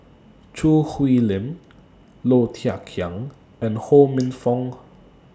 Choo Hwee Lim Low Thia Khiang and Ho Minfong